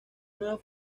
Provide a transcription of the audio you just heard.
nuevas